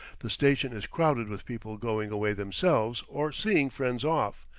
the station is crowded with people going away themselves or seeing friends off.